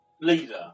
leader